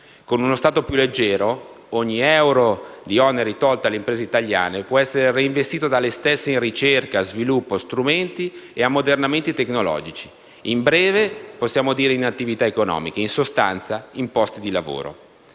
Con uno Stato più leggero, ogni euro di oneri tolto alle imprese italiane può essere reinvestito dalle stesse in ricerca, sviluppo, strumenti e ammodernamenti tecnologici; in breve in attività economiche, in sostanza in posti di lavoro.